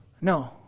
No